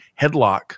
headlock